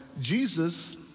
Jesus